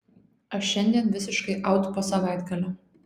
aš šiandien visiškai aut po savaitgalio